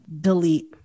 delete